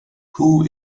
who